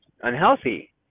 unhealthy